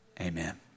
Amen